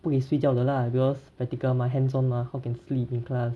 不可以睡觉的啦 because practical mah hands on mah how can sleep in class